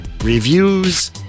reviews